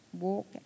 walk